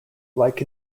like